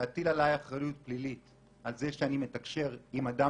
להטיל עלי אחריות פלילית על זה שאני מתקשר עם אדם